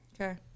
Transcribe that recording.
Okay